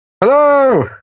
Hello